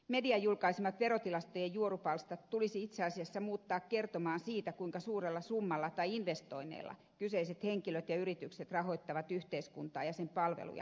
median julkaisemat verotilastojen juorupalstat tulisi itse asiassa muuttaa kertomaan siitä kuinka suurilla summilla tai investoinneilla kyseiset henkilöt ja yritykset rahoittavat yhteiskuntaa ja sen palveluja sekä työllistävät